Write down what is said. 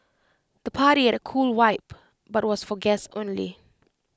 the party had A cool vibe but was for guests only